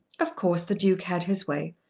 of course the duke had his way.